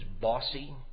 bossy